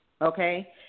okay